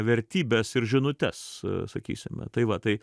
vertybes ir žinutes sakysime tai va tai